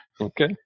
Okay